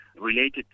related